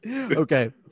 Okay